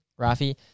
Rafi